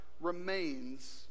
remains